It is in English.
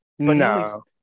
No